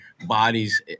bodies